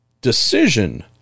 decision